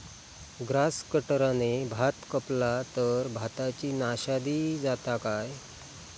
Grass कटराने भात कपला तर भाताची नाशादी जाता काय?